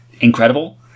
incredible